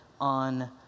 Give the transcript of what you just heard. on